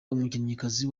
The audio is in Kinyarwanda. n’umukinnyikazi